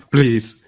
Please